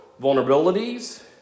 vulnerabilities